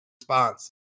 response